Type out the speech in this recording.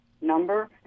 number